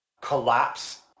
collapse